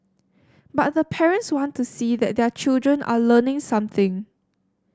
but the parents want to see that their children are learning something